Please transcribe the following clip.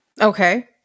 Okay